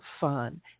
fun